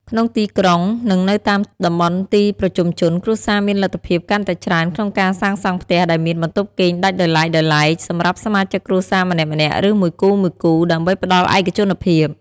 ក្នុងទីក្រុង និងនៅតាមតំបន់ទីប្រជុំជន គ្រួសារមានលទ្ធភាពកាន់តែច្រើនក្នុងការសាងសង់ផ្ទះដែលមាន បន្ទប់គេងដាច់ដោយឡែកៗ សម្រាប់សមាជិកគ្រួសារម្នាក់ៗ ឬមួយគូៗ ដើម្បីផ្តល់ឯកជនភាព។។